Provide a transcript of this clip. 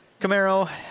Camaro